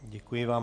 Děkuji vám.